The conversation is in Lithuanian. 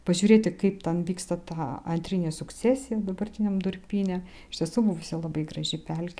pažiūrėti kaip ten vyksta ta antrinė sukcesija dabartiniam durpyne iš tiesų buvusi labai graži pelkė